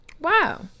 wow